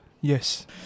Yes